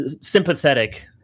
sympathetic